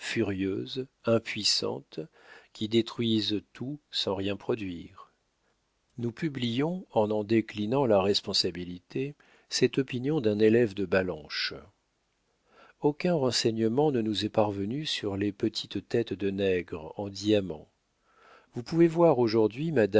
impuissantes qui détruisent tout sans rien produire nous publions en en déclinant la responsabilité cette opinion d'un élève de ballanche aucun renseignement ne nous est parvenu sur les petites têtes de nègres en diamants vous pouvez voir aujourd'hui